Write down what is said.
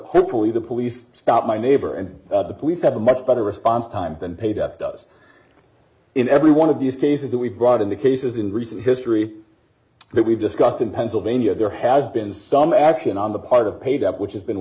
hopefully the police stop my neighbor and the police have a much better response time than paid up does in every one of these cases that we've brought in the cases in recent history d that we've discussed in pennsylvania there has been some action on the part of paid up which has been